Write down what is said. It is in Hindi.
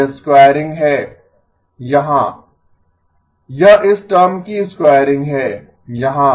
यह स्क्वायरिंग है यहाँ यह इस टर्म की स्क्वायरिंग है यहाँ